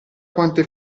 quante